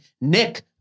Nick